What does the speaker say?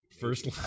First